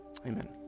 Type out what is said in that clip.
amen